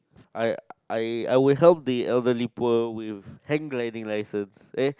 I I I would help the elderly poor with hand gliding licences eh